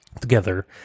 Together